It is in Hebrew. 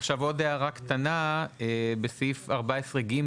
עכשיו, עוד הערה קטנה: בסעיף 14(ג),